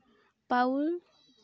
ᱯᱟᱣᱩᱞ